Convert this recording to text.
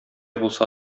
булса